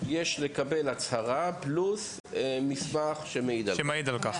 יש לקבל הצהרה פלוס מסמך המעיד על כך.